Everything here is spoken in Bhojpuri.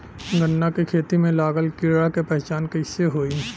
गन्ना के खेती में लागल कीड़ा के पहचान कैसे होयी?